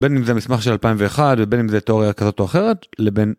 בין אם זה המסמך של 2001 ובין אם זה תיאוריה כזאת או אחרת לבין.